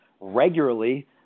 regularly